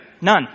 None